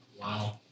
Wow